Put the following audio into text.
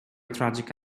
tragic